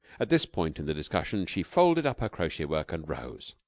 at this point in the discussion she folded up her crochet-work, and rose.